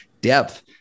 depth